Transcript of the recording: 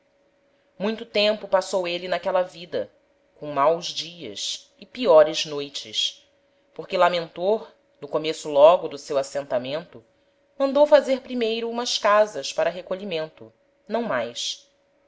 muito tempo passou êle n'aquela vida com maus dias e piores noites porque lamentor no começo logo do seu assentamento mandou fazer primeiro umas casas para recolhimento não mais